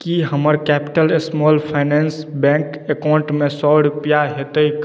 की हमर Capital Small Finance Bank अकाउंटमे सए रूपैआ हेतैक